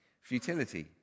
futility